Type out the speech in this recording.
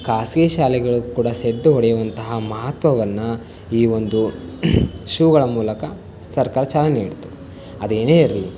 ಖಾಸಗಿ ಶಾಲೆಗಳಿಗೂ ಕೂಡ ಸೆಡ್ಡು ಹೊಡೆಯುವಂತಹ ಮಹತ್ವವನ್ನು ಈ ಒಂದು ಶೂಗಳ ಮೂಲಕ ಸರ್ಕಾರ ಚಾಲನೆ ನೀಡ್ತು ಅದೇನೇ ಇರಲಿ